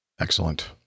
Excellent